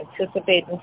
anticipating